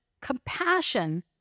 compassion